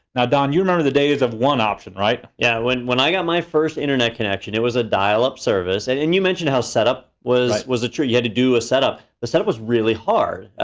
now, don, you remember the days of one option right? yeah, when when i got my first internet connection, it was a dial-up service, and and you mentioned how setup was was a trick. you had to do a setup. the setup was really hard.